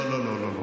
לא לא לא.